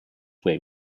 way